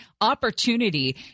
opportunity